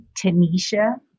Tanisha